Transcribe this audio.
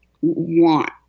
want